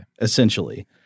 Essentially